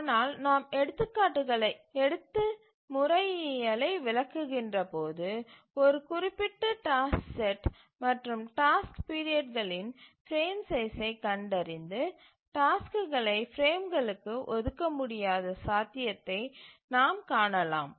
ஆனால் நாம் எடுத்துக்காட்டுகளை எடுத்து முறையியலை விளக்குகின்ற போது ஒரு குறிப்பிட்ட டாஸ்க் செட் மற்றும் டாஸ்க் பீரியட்களின் பிரேம் சைசை கண்டறிந்து டாஸ்க்குகளை பிரேம்களுக்கு ஒதுக்க முடியாத சாத்தியத்தை நாம் காணலாம்